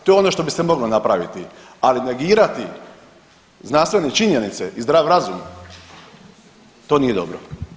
To je ono što bi se moglo napraviti, ali negirati zdravstvene činjenice i zdrav razum, to nije dobro.